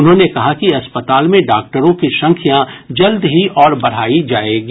उन्होंने कहा कि अस्पताल में डाक्टरों की संख्या जल्द ही और बढ़ाई जाएगी